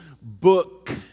book